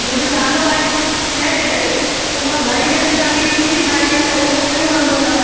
मुंहिंजो नालो आहे शइ जे करे पोइ मां घाई घाई में तव्हांखे कीअं बि ठाहे ॾियां त उहो मूंखे बि वणंदो न